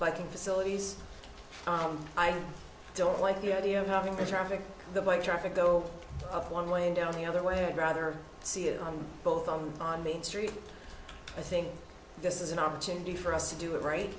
biking facilities on i don't like the idea of having the traffic the bike traffic go one way and down the other way i'd rather see it on both on on main street i think this is an opportunity for us to do